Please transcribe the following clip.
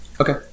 Okay